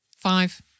Five